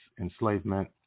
enslavement